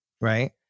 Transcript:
right